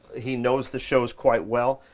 he knows the shows quite well,